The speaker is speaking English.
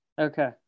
okay